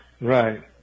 Right